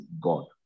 God